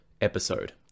episode